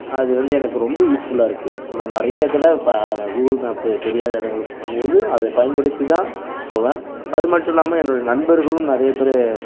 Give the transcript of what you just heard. அதுவந்து எனக்கு ரொம்ப யூஸ்ஃபுலாக இருக்கு நான் நிறையா இதுலாம் ப கூகுள் மேப்பு தெரியாத இடங்களுக்கு போம்போது அதை பயன்படுத்திதான் போவேன் அதுமட்டும் இல்லாம என்னுடைய நண்பர்களும் நிறையப் பேர்